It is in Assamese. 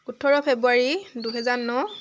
ওঠৰ ফেব্ৰুৱাৰী দুহেজাৰ ন